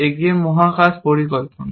এগিয়ে রাষ্ট্র মহাকাশ পরিকল্পনা